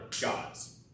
gods